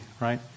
right